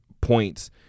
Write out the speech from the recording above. points